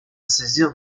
saisir